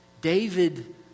David